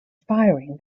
firing